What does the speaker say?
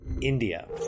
India